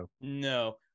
No